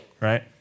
right